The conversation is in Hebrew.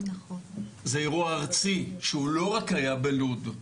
זה אירוע ארצי שהוא לא רק היה בלוד,